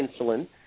insulin